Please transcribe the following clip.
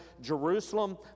Jerusalem